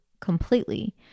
completely